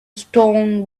stone